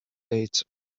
dates